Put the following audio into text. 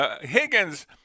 Higgins